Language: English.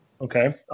Okay